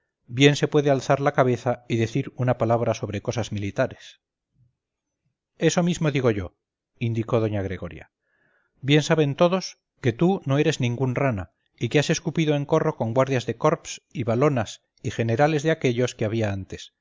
bien se puede alzar la cabeza y decir una palabra sobre cosas militares eso mismo digo yo indicó doña gregoria bien saben todos que tú no eres ningún rana y que has escupido en corro con guardias de corps y walonas y generales de aquellos que había antes